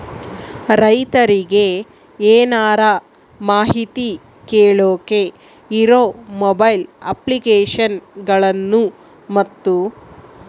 ರೈತರಿಗೆ ಏನರ ಮಾಹಿತಿ ಕೇಳೋಕೆ ಇರೋ ಮೊಬೈಲ್ ಅಪ್ಲಿಕೇಶನ್ ಗಳನ್ನು ಮತ್ತು?